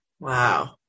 Wow